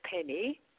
Penny